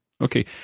Okay